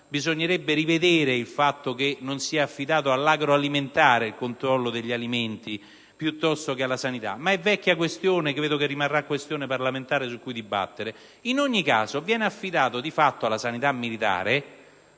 bisognerebbe rivedere il fatto che non sia affidato al settore agroalimentare il controllo degli alimenti piuttosto che alla Sanità, ma è una vecchia questione che rimarrà materia sulla quale dibattere. In ogni caso, viene affidato di fatto alla Sanità militare